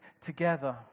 together